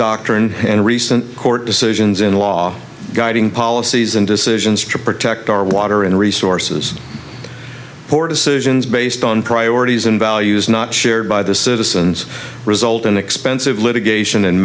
doctrine and recent court decisions in law guiding policies and decisions to protect our water and resources poor decisions based on priorities and values not shared by the citizens result in expensive litigation